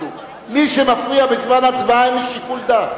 מי שמפריע בזמן ההצבעה, אין לי שיקול דעת.